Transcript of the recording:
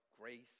grace